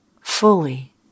fully